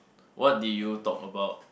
what did you talk about